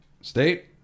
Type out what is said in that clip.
state